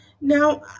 Now